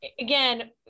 again